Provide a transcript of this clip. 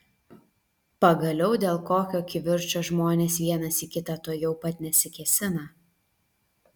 pagaliau dėl kokio kivirčo žmonės vienas į kitą tuojau pat nesikėsina